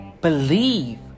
Believe